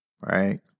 right